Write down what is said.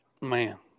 man